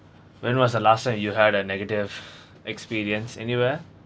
when was the last time you had a negative experience anywhere